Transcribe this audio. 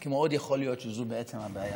כי מאוד יכול להיות שזו בעצם הבעיה,